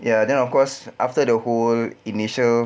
ya then of course after the whole initial